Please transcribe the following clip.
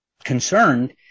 concerned